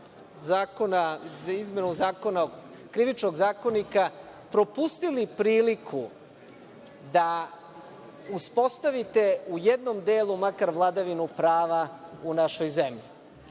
za izmenu Krivičnog zakonika propustili priliku da uspostavite u jednom delu makar vladavinu prava u našoj zemlji.